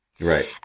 right